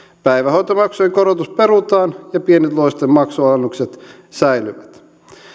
päivähoitomaksujen korotus perutaan ja pienituloisten maksunalennukset säilyvät